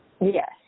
Yes